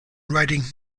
writing